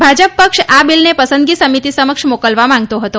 ભાજપપક્ષ આ બિલને પસંદગી સમિતિ સમક્ષ મોકલવા માંગતો હતો